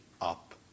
up